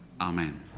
Amen